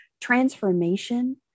transformation